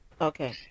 Okay